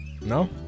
No